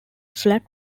flat